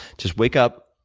just wake up,